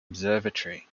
observatory